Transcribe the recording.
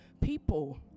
People